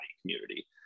community